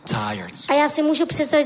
tired